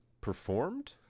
performed